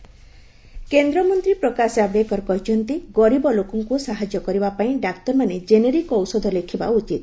ପ୍ରକାଶ କାଭେଡକର କେନ୍ଦ୍ରମନ୍ତ୍ରୀ ପ୍ରକାଶ ଜାଭେଡକର କହିଛନ୍ତି ଗରିବ ଲୋକଙ୍କୁ ସାହାଯ୍ୟ କରିବା ପାଇଁ ଡାକ୍ତରମାନେ ଜେନେରିକ୍ ଔଷଧ ଲେଖିବା ଉଚିତ